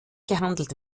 gehandelt